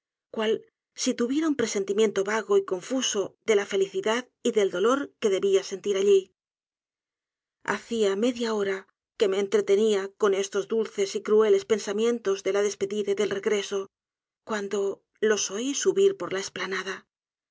cual si tuviera un presentimiento vago y confuso de la felicidad y del dolor que debía sentir alli hacia media hora que me entretenía con estos dulces y crueles pensamientos de la despedida y del regreso cuando los oí subir por la esplanada